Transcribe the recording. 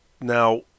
now